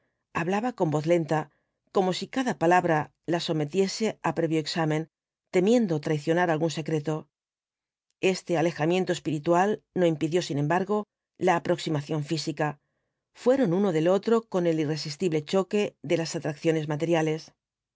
hablaba con voz lenta como si cada palabra la sometiese á previo examen temiendo traicionar algún secreto este alejamiento espiritual no impidió sin embargo la aproximación física fueron uno del otro con el irresistible choque de las atracciones materiales